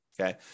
okay